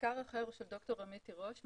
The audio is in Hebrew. מחקר אחר הוא של ד"ר עמית תירוש משיבא,